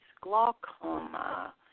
glaucoma